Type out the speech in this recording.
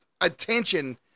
attention